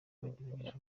bategereje